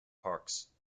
parks